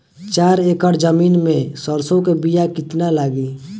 चार एकड़ जमीन में सरसों के बीया कितना लागी?